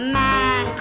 man